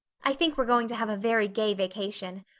i think we're going to have a very gay vacation.